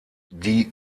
die